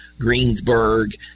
Greensburg